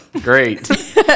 Great